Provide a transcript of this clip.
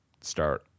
start